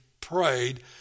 prayed